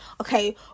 okay